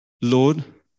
Lord